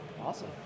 Awesome